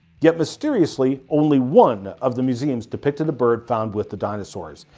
yet mysteriously, only one of the museums depicted a bird found with the dinosaurs,